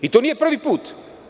I to nije prvi put.